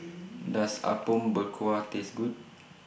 Does Apom Berkuah Taste Good